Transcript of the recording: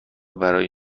برای